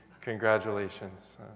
Congratulations